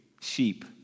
Sheep